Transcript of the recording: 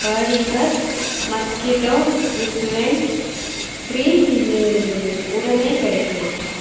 bodyguard mosquito repellent cream உடனே கிடைக்குமா